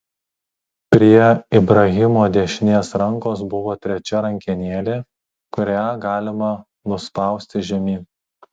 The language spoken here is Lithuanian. prie ibrahimo dešinės rankos buvo trečia rankenėlė kurią galima nuspausti žemyn